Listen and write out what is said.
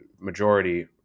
majority